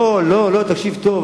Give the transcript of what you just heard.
לא, תקשיב טוב.